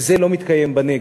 וזה לא מתקיים בנגב.